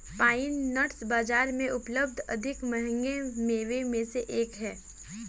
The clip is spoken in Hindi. पाइन नट्स बाजार में उपलब्ध अधिक महंगे मेवों में से एक हैं